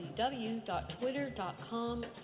www.twitter.com